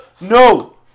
No